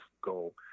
goal